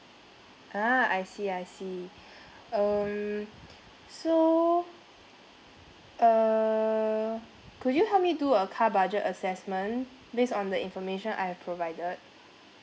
ah I see I see um so err could you help me do a car budget assessment based on the information I have provided